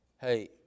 hey